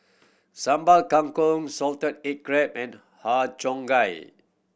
Sambal Kangkong salted egg crab and Har Cheong Gai